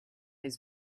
his